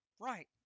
Right